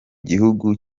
gihugu